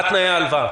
מה תנאי הלוואה?